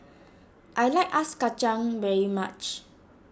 I like Ice Kacang very much